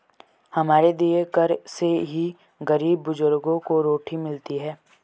हमारे दिए कर से ही गरीब बुजुर्गों को रोटी मिलती है